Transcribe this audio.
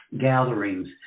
gatherings